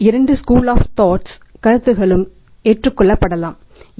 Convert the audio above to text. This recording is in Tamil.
இது RBI இன் வழிகாட்டுதல்களோ ஆகும் ஆனால் சமீபத்தில் RBI இதை வங்கிகளுக்கு கொடுத்த வழிகாட்டுதலே ஆகும்